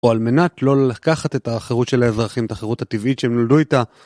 או על מנת לא לקחת את החירות של האזרחים, את החירות הטבעית שהם נולדו איתה.